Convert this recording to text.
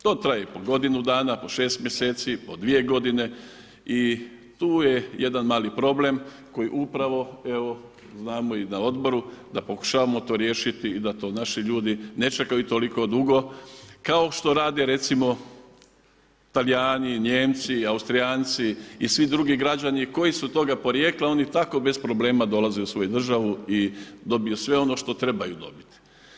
To traje po godinu dana, po 6 mjeseci, po dvije godine i tu je jedan mali problem koji upravo evo, znamo i na odboru, da pokušavamo to riješiti i da to naši ljudi ne čekaju toliko dugo kao što rade recimo Talijani, Nijemci, Austrijanci i svi drugi građani koji su toga porijekla, oni tako bez problema dolaze u svoju državu i dobiju sve ono što trebaju dobiti.